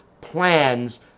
plans